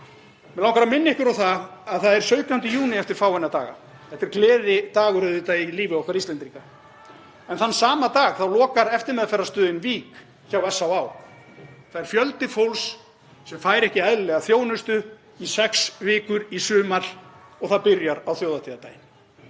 Mig langar að minna ykkur á það að það er 17. júní eftir fáeina daga. Þetta er auðvitað gleðidagur í lífi okkar Íslendinga, en þann sama dag lokar eftirmeðferðarstöðin Vík hjá SÁÁ. Það er fjöldi fólks sem fær ekki eðlilega þjónustu í sex vikur í sumar og það byrjar á þjóðhátíðardaginn.